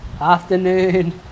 afternoon